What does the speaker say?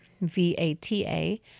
V-A-T-A